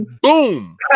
Boom